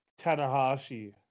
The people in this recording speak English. Tanahashi